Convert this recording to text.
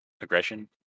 aggression